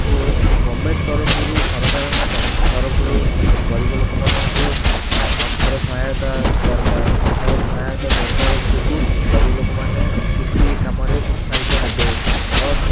ଓ government ତରଫରୁ ସରକାରଙ୍କ ତରଫରୁ ଗରିବ ଲୋକମାନଙ୍କୁ ଅର୍ଥର ସହାୟତା ଦରକାର ଅର୍ଥର ସହାୟତା ଦରକାର ଯୋଗୁଁ ଗରିବ ଲୋକମାନେ କୃଷି କାମରେ ଉତ୍ସାହିତ ହେବେ ଅର୍